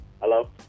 Hello